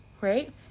right